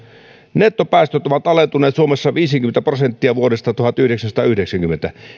nettopäästöt ovat alentuneet suomessa viisikymmentä prosenttia vuodesta tuhatyhdeksänsataayhdeksänkymmentä